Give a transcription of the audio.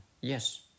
yes